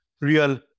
real